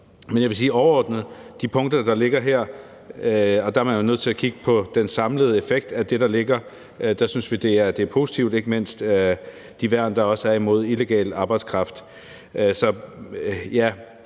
vil overordnet sige om de punkter, der er her, og der er man jo nødt til at kigge på den samlede effekt af det, der ligger, at de er positive, ikke mindst de værn, der er mod illegal arbejdskraft.